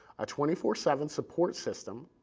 a twenty four seven support system,